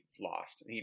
lost